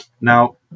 Now